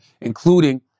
including